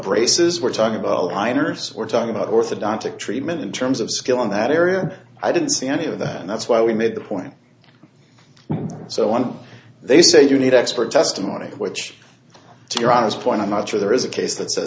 braces we're talking about liners we're talking about orthodontic treatment in terms of skill in that area and i didn't see any of that and that's why we made the point so one they say you need expert testimony which you're on is point i'm not sure there is a case that sa